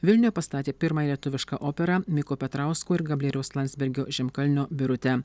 vilniuje pastatė pirmą lietuvišką operą miko petrausko ir gabrieliaus landsbergio žemkalnio birutę